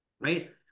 right